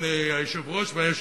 אדוני היושב-ראש והיושב-ראש,